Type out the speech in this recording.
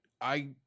I-